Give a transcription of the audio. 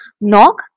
Knock